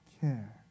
care